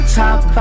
top